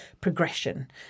progression